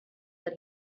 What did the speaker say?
that